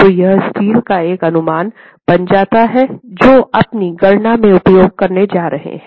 तो यह स्टील का एक अनुमान बन जाता है जो अपनी गणना में उपयोग करने जा रहे हैं